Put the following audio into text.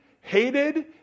hated